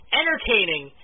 entertaining